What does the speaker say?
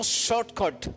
shortcut